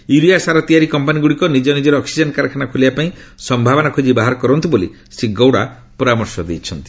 urea ସାର ତିଆରି company ଗୁଡ଼ିକ ନିଜ ନିଜର ଅକ୍ସିଜେନ୍ କାରଖାନା ଖୋଲିବା ପାଇଁ ସମ୍ଭାବନା ଖୋଜି ବାହାର କରନ୍ତୁ ବୋଲି ଶ୍ରୀ ଗୌଡ଼ା ପରାମର୍ଶ ଦେଇଛନ୍ତି